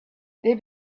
they